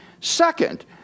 Second